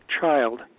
child